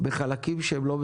בחלקים שהם לא מסוכנים,